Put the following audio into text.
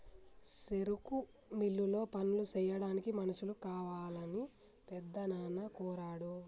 సెరుకు మిల్లులో పనులు సెయ్యాడానికి మనుషులు కావాలని పెద్దనాన్న కోరాడు